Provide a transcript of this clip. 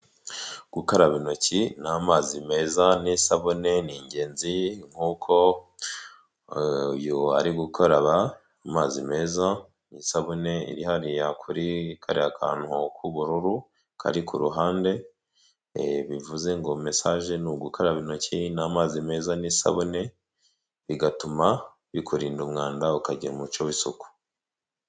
Gukaraba intoki ni amazi meza n'isabune ni ingenzi ye nkuko uyu arikaraba amazi meza n'isabune irihaya kuri kariya kantu k'ubururu kari ku ruhande, bivuze ngo mesaje ni ugukaraba intoki n'amazi meza n'isabune, bigatuma bikurinda umwanda ukagira umuco w'isuku.